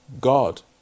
God